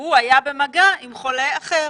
הוא היה במגע עם חולה אחר.